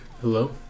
Hello